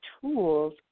tools